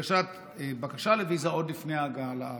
הגשת בקשה לוויזה עוד לפני ההגעה לארץ.